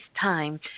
time